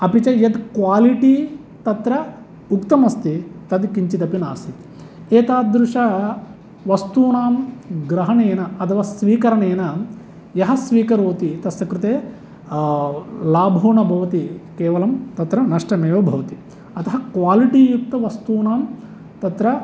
अपि च यद् क्वालिटी तत्र उक्तम् अस्ति तद् किञ्चिदपि नासीत् एतादृशवस्तूनां ग्रहणेन अथवा स्वीकरणेन यः स्वीकरोति तस्य कृते लाभो न भवति केवलं तत्र नष्टमेव भवति अतः क्वालिटीयुक्तवस्तूनां तत्र